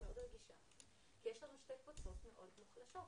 יש לנו שתי קבוצות מאוד מוחלשות.